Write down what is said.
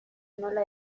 nola